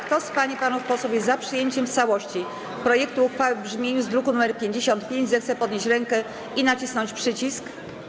Kto z pań i panów posłów jest za przyjęciem w całości projektu uchwały w brzmieniu z druku nr 55, zechce podnieść rękę i nacisnąć przycisk.